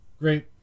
great